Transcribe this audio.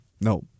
No